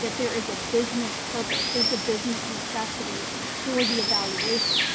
that there is a business purpose. there's a business necessity for the evaluation.